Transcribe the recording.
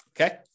Okay